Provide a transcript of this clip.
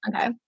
okay